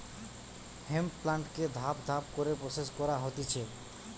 hemp প্লান্টকে ধাপ ধাপ করে প্রসেস করা হতিছে